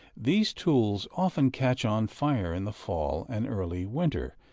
these tuiles often catch on fire in the fall and early winter,